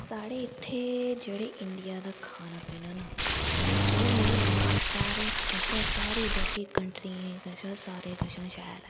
साढ़े इ'त्थें जेह्डे़ इंडिया दा खाना पीना ना ओह् मिगी लगदा सारें कशा सारी बाकी कंट्रियें कशा सारें कशा शैल ऐ